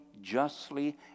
justly